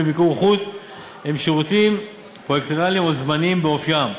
במיקור חוץ הם שירותים פרויקטליים או זמניים באופיים,